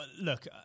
look